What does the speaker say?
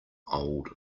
old